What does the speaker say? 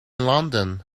london